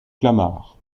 clamart